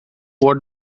what